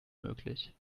möglich